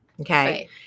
Okay